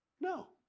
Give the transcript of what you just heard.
No